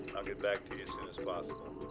i'll get back to you as soon as possible.